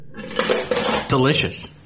Delicious